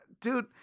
dude